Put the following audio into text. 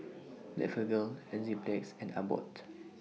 Blephagel Enzyplex and Abbott